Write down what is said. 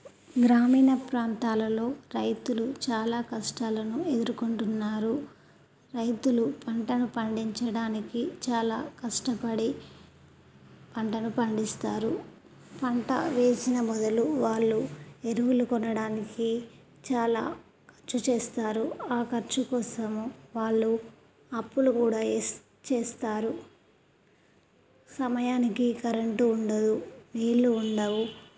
గ్రామీణ ప్రాంతాలలో రైతులు చాలా కష్టాలను ఎదుర్కొంటున్నారు రైతులు పంటను పండించడానికి చాలా కష్టపడి పంటను పండిస్తారు పంట వేసిన మొదలు వాళ్ళు ఎరువులు కొనడానికి చాలా ఖర్చు చేస్తారు ఆ ఖర్చు కోసము వాళ్ళు అప్పులు కూడా వేస్తు చేస్తారు సమయానికి కరెంటు ఉండదు నీళ్ళు ఉండవు